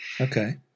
Okay